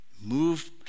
Move